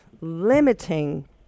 limiting